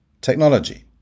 technology